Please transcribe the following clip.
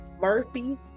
Murphy